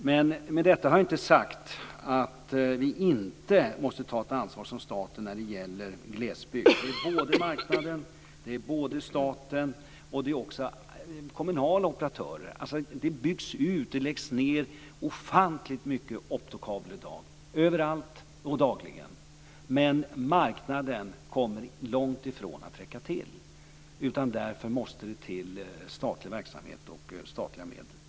Men med detta har jag inte sagt att vi inte måste ta ett ansvar från statens sida när det gäller glesbygden. Det är både marknaden och staten. Det är också kommunala operatörer. Det byggs ut. Det läggs ned ofantligt mycket optokabel i dag överallt och dagligen. Men marknaden kommer långt i från att räcka till. Därför måste det till statlig verksamhet och statliga medel.